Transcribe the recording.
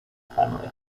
family